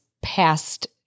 past